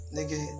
Nigga